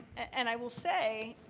and i will say